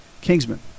Kingsman